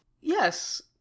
Yes